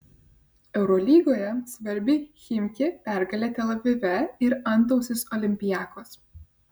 eurolygoje svarbi chimki pergalė tel avive ir antausis olympiakos